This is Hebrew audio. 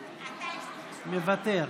מוותר,